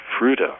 Fruta